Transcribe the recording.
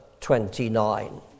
29